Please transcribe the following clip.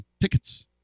tickets